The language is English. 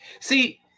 See